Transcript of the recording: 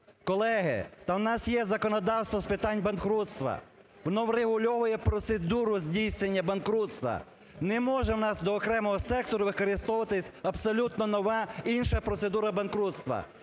Колеги, та в нас є законодавство з питань банкрутства, воно врегульовує процедуру здійснення банкрутства. Не може у нас до окремого сектору використовуватися абсолютно нова, інша процедура банкрутства.